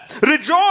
rejoice